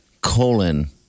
colon